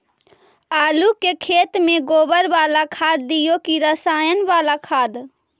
आलू के खेत में गोबर बाला खाद दियै की रसायन बाला खाद?